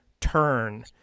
turn